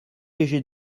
léger